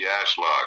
Ashlock